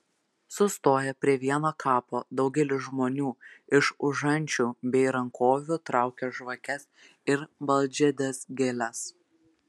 sustoję prie vieno kapo daugelis žmonių iš užančių bei rankovių traukia žvakes ir baltžiedes gėles